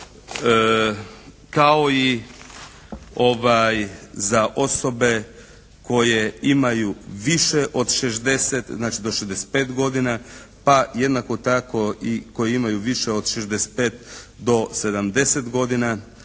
Kao i za osobe koje imaju više od 60, znači do 65 godina pa jednako tako i koji imaju više od 65 do 70 godina,